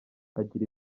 agira